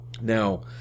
Now